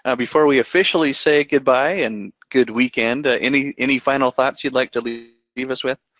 and before we officially say goodbye, and good weekend, ah any any final thoughts you'd like to leave leave us with?